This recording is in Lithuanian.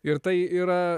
ir tai yra